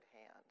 hand